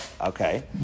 Okay